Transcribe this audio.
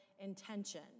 intention